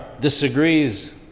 disagrees